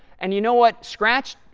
and you know what? scratch,